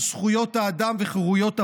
על זכויות האדם וחירויות הפרט,